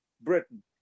britain